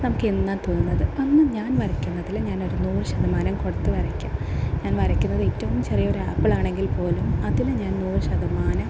നമുക്കെന്താ തോന്നുന്നത് അന്ന് ഞാൻ വരക്കുന്നതിൽ ഞാനൊരു നൂറ് ശതമാനം കൊടുത്ത് വരക്കും ഞാൻ വരക്കുന്നത് ഏറ്റവും ചെറിയ ഒരാപ്പിൾ ആണെങ്കിൽ പോലും അതിൽ ഞാൻ നൂറ് ശതമാനം